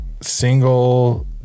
single